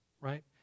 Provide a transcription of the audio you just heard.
right